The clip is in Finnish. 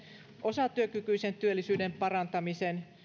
osatyökykyisen työllisyyden parantamisen